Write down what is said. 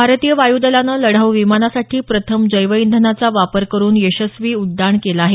भारतीय वायू दलानं लढाऊ विमानासाठी प्रथम जैव इंधनाचा वापर करून यशस्वी उड्डाण केलं आहे